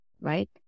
right